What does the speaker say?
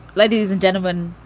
ladies and gentlemen,